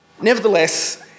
Nevertheless